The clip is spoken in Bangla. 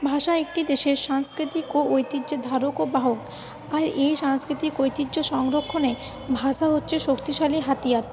ভাষা একটি দেশের সাংস্কৃতিক ও ঐতিহ্যের ধারক ও বাহক আর এই সাংস্কৃতিক ঐতিহ্য সংরক্ষণে ভাষা হচ্ছে শক্তিশালী হাতিয়ার